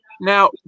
Now